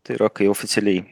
tai yra kai oficialiai